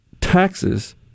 taxes